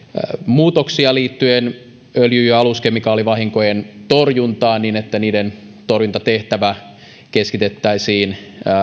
muutoksia liittyen öljy ja aluskemikaalivahinkojen torjuntaan niin että niiden torjuntatehtävä keskitettäisiin